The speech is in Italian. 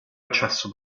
accesso